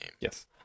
Yes